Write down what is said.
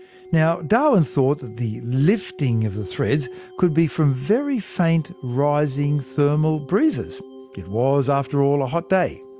now darwin thought that the lifting of the threads could be from very faint rising thermal breezes it was after all a hot day.